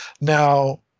Now